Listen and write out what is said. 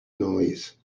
noise